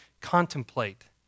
contemplate